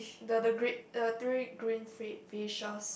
the the gr~ the three green fi~ fishes